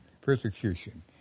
persecution